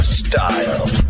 style